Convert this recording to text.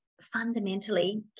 fundamentally